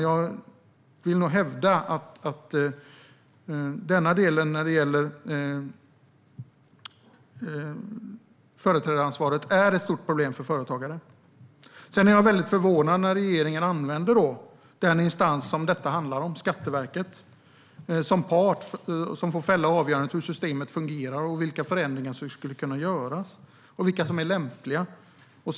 Jag vill nog hävda att denna del när det gäller företrädaransvaret är ett stort problem för företagare. Jag blir förvånad när regeringen använder den instans som detta handlar om, Skatteverket, som en part som får fälla avgörandet av hur systemet fungerar, vilka förändringar som kan göras och vilka förändringar som är lämpliga.